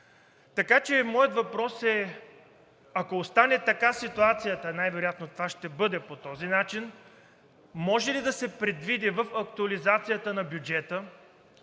Така че моят въпрос е: ако остане ситуацията, най-вероятно това ще бъде по този начин, може ли да се предвиди в актуализацията на бюджета